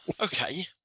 Okay